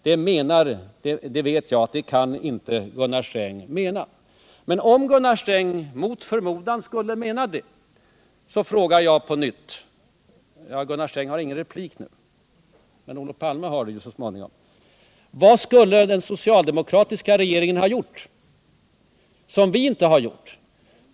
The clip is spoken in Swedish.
Det vet jag att Gunnar Sträng inte kan mena. Men om Gunnar Sträng mot förmodan skulle ha menat det, så frågar jag på nytt — Gunnar Sträng har ingen replik nu, men Olof Palme har det så småningom: Vad skulle den socialdemokratiska regeringen ha gjort som vi inte har gjort?